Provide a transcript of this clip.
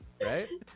Right